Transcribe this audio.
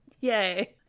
Yay